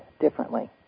differently